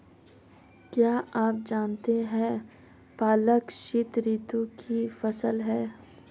क्या आप जानते है पालक शीतऋतु की फसल है?